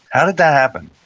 how did that happen?